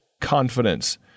confidence